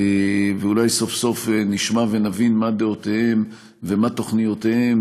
ואולי סוף-סוף נשמע ונבין מה דעותיהם ומה תוכניותיהם